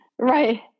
right